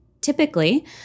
Typically